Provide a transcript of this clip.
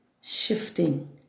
shifting